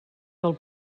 del